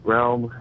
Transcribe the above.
Realm